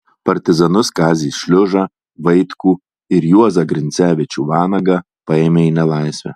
partizanus kazį šliužą vaitkų ir juozą grincevičių vanagą paėmė į nelaisvę